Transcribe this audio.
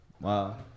Wow